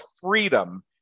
freedom